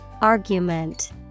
Argument